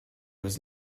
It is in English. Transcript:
was